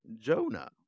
Jonah